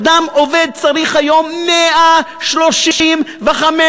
אדם עובד צריך היום 135 משכורות,